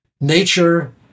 nature